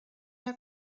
der